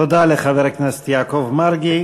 תודה לחבר הכנסת יעקב מרגי.